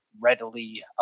readily